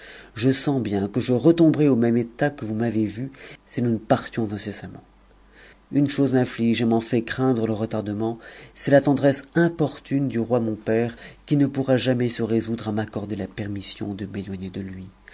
je sens bien que je retomberais au même état que vous m'avez vu si nous ne partions incessamment une chose m'amige et m'en fait craindre le retardement c'est la tendresse importune du roi mon père t ue pourra jamais se résoudre à m'accorder la permission de m'éloi uer de lui